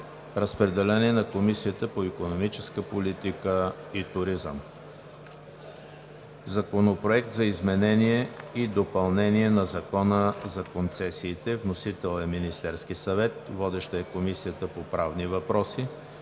Разпределен е на Комисията по икономическа политика и туризъм. Законопроект за изменение и допълнение на Закона за концесиите. Внесен е от Министерския съвет. Водеща е Комисията по правни въпроси.